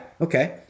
okay